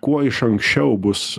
kuo iš anksčiau bus